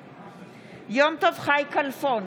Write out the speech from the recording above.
בעד יום טוב חי כלפון,